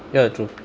ya true